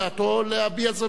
להביע זאת בהצבעה.